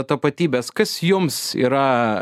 tapatybės kas jums yra